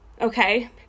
okay